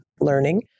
learning